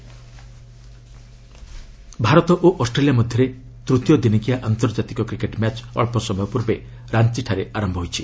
cricket Bharat ଓ Australia ମଧ୍ୟରେ ତୃତୀୟ ଦିନିକିଆ ଆନ୍ତର୍ଜାତିକ କ୍ରିକେଟ୍ ମ୍ୟାଚ୍ ଅକ୍ଷ ସମୟ ପୂର୍ବେ ରାଞ୍ଚିଠାରେ ଆରମ୍ଭ ହୋଇଛି